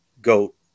goat